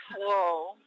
Hello